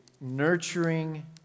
nurturing